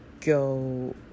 go